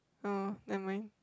oh never mind